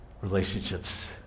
relationships